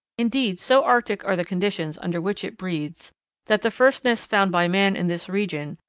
indeed, so arctic are the conditions under which it breeds that the first nest found by man in this region,